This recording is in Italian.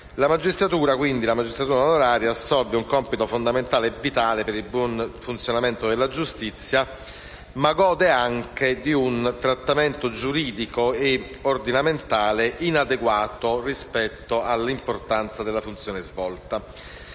La magistratura onoraria assolve quindi a un compito fondamentale e vitale per il buon funzionamento della giustizia, ma nello stesso tempo gode di un trattamento giuridico e ordinamentale inadeguato rispetto all'importanza della funzione svolta.